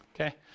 okay